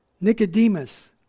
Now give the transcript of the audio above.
Nicodemus